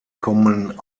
kommen